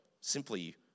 simply